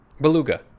Beluga